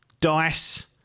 DICE